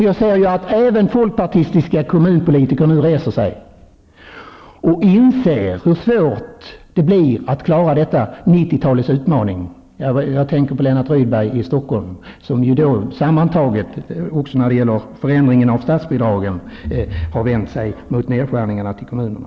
Jag märker att även folkpartistiska kommunpolitiker inser hur svårt det blir att klara 90-talets utmaning. Jag tänker på Lennart Rydberg i Stockholm som beträffande förändringen av statsbidragen har vänt sig mot nedskärningarna för kommunerna.